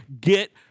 get